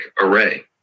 Array